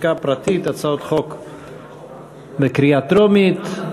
חקיקה פרטית, הצעות חוק בקריאה טרומית.